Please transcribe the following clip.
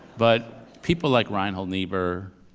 but people like reinhold niebuhr